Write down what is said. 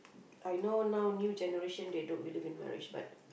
I know now new generation they don't believe in marriage but